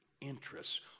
interests